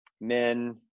men